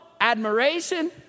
admiration